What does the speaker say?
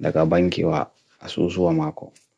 daga baingi wa asusu wa mako.